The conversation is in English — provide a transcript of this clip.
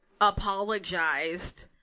apologized